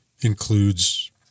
includes